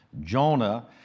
Jonah